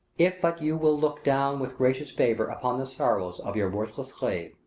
if but you will look down with gracious favour upon the sorrows of your worthless slave,